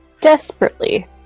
desperately